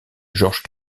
georges